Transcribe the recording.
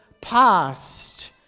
past